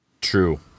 True